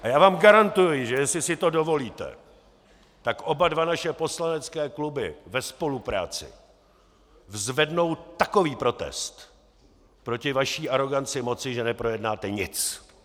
Já vám garantuji, že jestli si to dovolíte, tak oba dva naše poslanecké kluby ve spolupráci zvednou takový protest proti vaší aroganci moci, že neprojednáte nic.